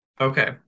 okay